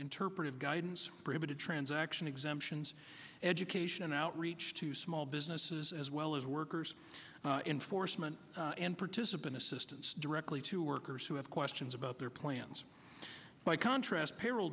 interpretive guidance britta transaction exemptions education and outreach to small businesses as well as workers enforcement and participant assistance directly to workers who have questions about their plans by contrast payroll